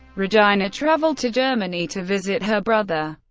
regina traveled to germany to visit her brother.